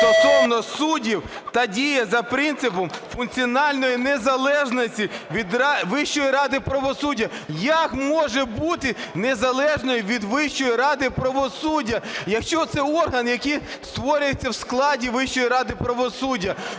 стосовно суддів та діє за принципом функціональної незалежності від Вищої ради правосуддя. Як може бути незалежною від Вищої ради правосуддя, якщо це орган, який створюється в складі Вищої ради правосуддя?